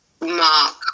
mark